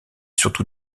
surtout